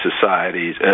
societies